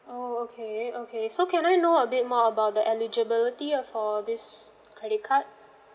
oo okay okay so can I know a bit more about the eligibility of for this credit card